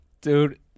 dude